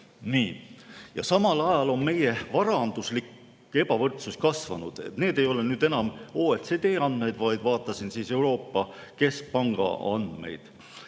Samal ajal on meie varanduslik ebavõrdsus kasvanud. Need ei ole nüüd enam OECD andmed, vaid vaatasin Euroopa Keskpanga andmeid.